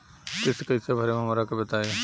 किस्त कइसे भरेम हमरा के बताई?